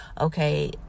Okay